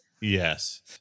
Yes